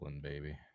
baby